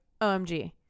OMG